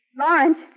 Lawrence